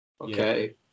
Okay